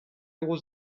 was